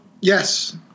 Yes